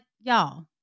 y'all